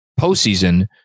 postseason